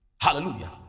Hallelujah